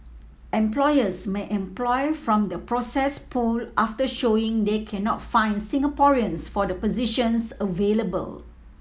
employers may employ from the processed pool after showing they cannot find Singaporeans for the positions available